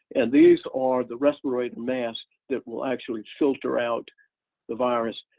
and these are the respirator masks that will actually filter out the virus.